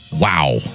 Wow